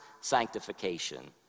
sanctification